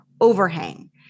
overhang